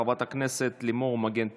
חברת הכנסת לימור מגן תלם.